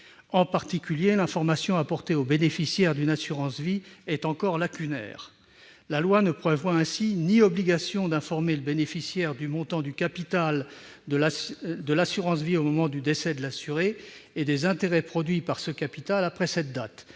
En particulier, l'information dispensée aux bénéficiaires de contrats d'assurance vie est encore lacunaire. La loi ne prévoit ainsi ni obligation d'informer le bénéficiaire du montant du capital de l'assurance vie à la date du décès de l'assuré et des intérêts produits par ce capital après cette date,